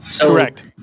correct